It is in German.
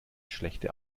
schlechte